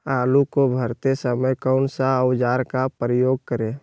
आलू को भरते समय कौन सा औजार का प्रयोग करें?